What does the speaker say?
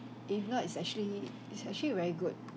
if not it's actually it's actually very good